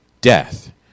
death